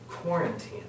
quarantine